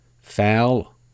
foul